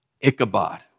Ichabod